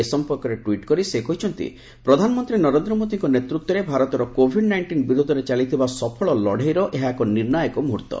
ଏ ସମ୍ପର୍କରେ ଟ୍ୱିଟ୍ କରି ସେ କହିଛନ୍ତି ପ୍ରଧାନମନ୍ତ୍ରୀ ନରେନ୍ଦ୍ର ମୋଦିଙ୍କ ନେତୃତ୍ୱରେ ଭାରତର କୋଭିଡ୍ ନାଇଞ୍ଜିନ୍ ବିରୋଧରେ ଚାଲିଥିବା ସଫଳ ଲଢ଼େଇର ଏହା ଏକ ନିର୍ଣ୍ଣାୟକ ମୁହର୍ତ୍ତ